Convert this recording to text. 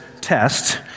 test